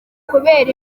kubera